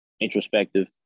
introspective